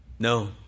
No